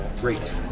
Great